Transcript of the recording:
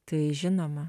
tai žinoma